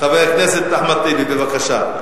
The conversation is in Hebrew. חבר הכנסת אחמד טיבי, בבקשה.